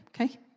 Okay